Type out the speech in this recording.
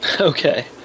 Okay